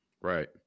right